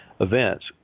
events